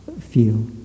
feel